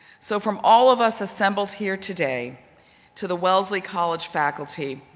so from all of us assembled here today to the wellesley college faculty,